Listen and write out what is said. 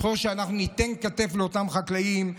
ככל שאנחנו ניתן כתף לאותם חקלאים,